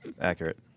Accurate